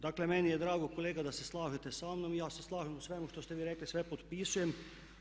Dakle meni je drago kolega da se slažete sa mnom, ja se slažem u svemu što ste vi rekli, sve potpisujem.